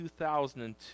2002